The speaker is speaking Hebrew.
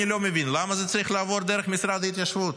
אני לא מבין למה זה צריך לעבור דרך המשרד להתיישבות,